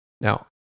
Now